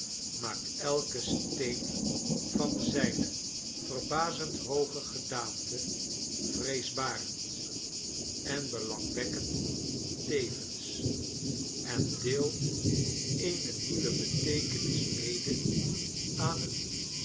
maakt elken steen van zijne verbazend hooge gedaante vreesbarend en belangwekkendt evens en deelt eene nieuwe beteekenis mede aan het